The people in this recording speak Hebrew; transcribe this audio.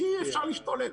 כי אפשר להשתולל.